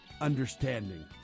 understanding